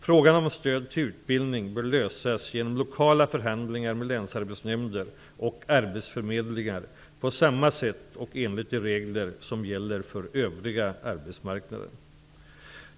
Frågan om stöd till utbildning bör lösas genom lokala förhandlingar med länsarbetsnämnder och arbetsförmedlingar på samma sätt och enligt de regler som gäller för övriga arbetsmarknaden.